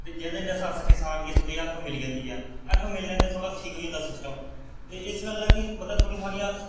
ते जेह्दे कन्नै अस किसान गी हैल्प मिली जंदी ऐ हैल्प मिलने कन्नै थोह्ड़ा ठीक होई जंदा सिस्टम ते इस गल्ला की थोह्ड़ियां हारियां